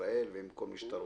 ישראל ועם כל מי שאתה רוצה.